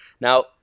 Now